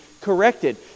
corrected